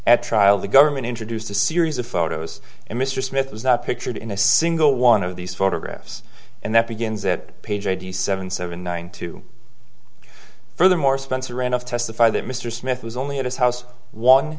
at trial the government introduced a series of photos and mr smith was not pictured in a single one of these photographs and that begins that page eighty seven seven one two furthermore spencer enough to testify that mr smith was only at his house one